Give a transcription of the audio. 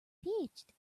pitched